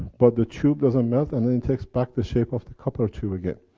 but the tube doesn't melt, and then it takes back the shape of the copper tube again.